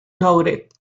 noted